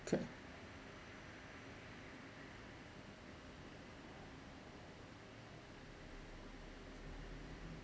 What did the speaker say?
K